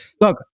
Look